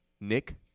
Nick